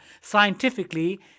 Scientifically